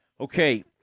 Okay